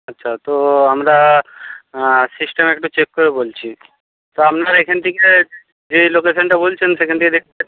আচ্ছা তো আমরা সিস্টেমে একটু চেক করে বলছি তো আপনার এখান থেকে যে লোকেশনটা বলছেন সেখান থেকে দেখতে